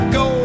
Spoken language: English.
go